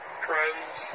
friends